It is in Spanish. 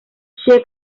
che